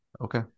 Okay